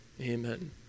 Amen